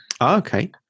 Okay